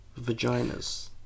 vaginas